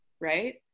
right